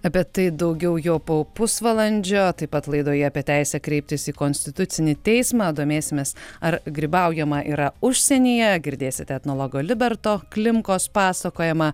apie tai daugiau jau po pusvalandžio taip pat laidoje apie teisę kreiptis į konstitucinį teismą domėsimės ar grybaujama yra užsienyje girdėsite etnologo liberto klimkos pasakojimą